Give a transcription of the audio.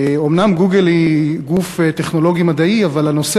אומנם "גוגל" היא גוף טכנולוגי מדעי אבל הנושא